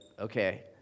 okay